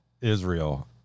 Israel